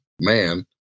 man